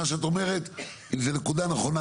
מה שאת אומרת זו נקודה נכונה,